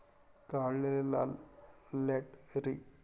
काढलेले लाल lateritic nerium ओलेन्डरच्या लागवडीसाठी योग्य आहे